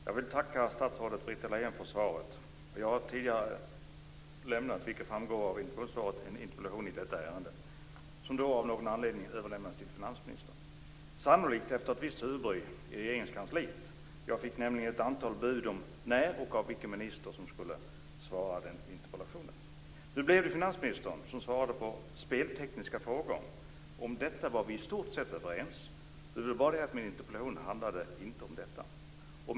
Fru talman! Jag vill tacka statsrådet Britta Lejon för svaret. Jag har tidigare, vilket framgår av interpellationssvaret, framställt en interpellation i detta ärende som då av någon anledning överlämnades till finansministern - detta sannolikt efter ett visst huvudbry i Regeringskansliet, eftersom jag fick ett antal bud om när och av vilken minister som interpellationen skulle besvaras. Nu blev det finansministern, och han svarade på speltekniska frågor. Om dessa var vi i stort sett överens. Det var bara det att min interpellation inte handlade om sådana frågor.